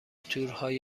تورهای